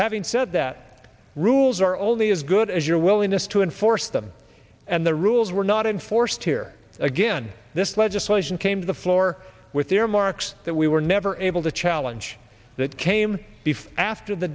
having said that rules are all the as good as your willingness to enforce them and the rules were not enforced here again this legislation came to the floor with their marks that we were never able to challenge that came before after the